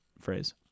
phrase